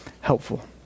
helpful